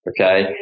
Okay